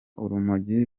urumogi